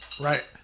Right